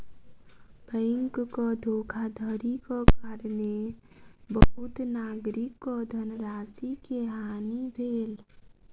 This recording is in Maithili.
बैंकक धोखाधड़ीक कारणेँ बहुत नागरिकक धनराशि के हानि भेल